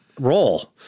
role